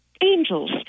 angels